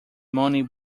money